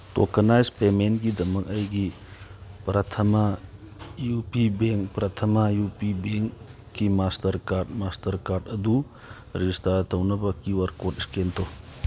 tokenize ꯄꯦꯃꯦꯟꯒꯤꯗꯃꯛ ꯑꯩꯒꯤ Prathama U P bank Prathama U P ꯕꯦꯡꯒꯤ ꯃꯁꯇꯔ ꯀꯥꯔꯠ ꯃꯁꯇꯔ ꯀꯥꯔꯠ ꯑꯗꯨ ꯔꯦꯁꯇꯥꯔ ꯇꯧꯅꯕ ꯀ꯭ꯌꯨ ꯑꯥꯔ ꯀꯣꯠ ꯏꯁꯀꯦꯟ ꯇꯧ